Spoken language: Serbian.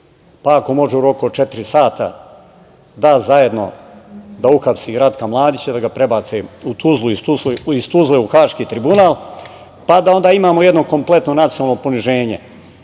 pa ako može u roku od četiri sata da zajedno, da uhapsi Ratka Mladića, da ga prebace u Tuzlu, iz Tuzle u Haški tribunal, pa da onda imamo jedno kompletno nacionalno poniženje.